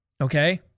Okay